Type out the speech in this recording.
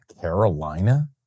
Carolina